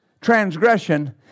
transgression